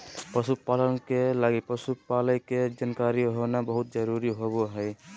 पशु पालन के लगी पशु पालय के जानकारी होना बहुत जरूरी होबा हइ